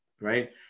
right